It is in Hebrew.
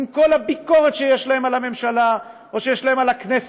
עם כל הביקורת שיש להם על הממשלה או על הכנסת,